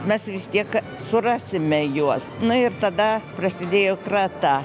mes vis tiek surasime juos na ir tada prasidėjo krata